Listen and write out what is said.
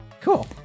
Cool